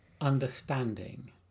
understanding